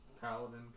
Paladin